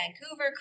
Vancouver